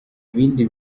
ibindi